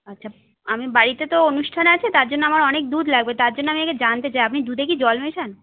আচ্ছা আমি বাড়িতে তো অনুষ্ঠান আছে তার জন্য আমার অনেক দুধ লাগবে তারজন্য আমি আগে জানতে চাই যে আপনি দুধে কি জল মেশান